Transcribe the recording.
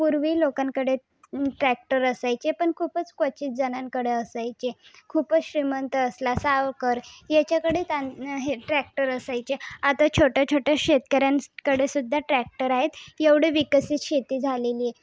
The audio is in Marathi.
पूर्वी लोकांकडे ट्रॅक्टर असायचे पण खूपच क्वचित जणांकडे असायचे खूप श्रीमंत असला सावकार याच्याकडेच ट्रॅक्टर असायचे आता छोट्या छोट्या शेतकर्याकडे सुद्धा ट्रॅक्टर आहेत एवढी विकसित शेती झालेली आहे